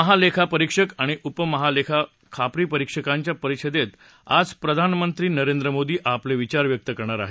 महालेखापरीक्षक आणि उपमहालेखापरीक्षकांच्या परिषदेत आज प्रधानमंत्री नरेंद्र मोदी आपले विचार व्यक्त करणार आहेत